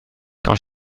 quand